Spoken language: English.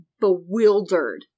bewildered